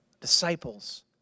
disciples